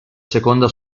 seconda